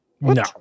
No